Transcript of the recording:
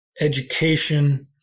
education